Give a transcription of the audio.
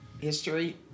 history